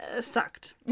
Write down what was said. sucked